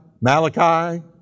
Malachi